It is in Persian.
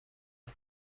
تلخ